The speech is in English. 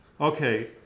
Okay